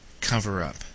cover-up